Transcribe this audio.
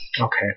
Okay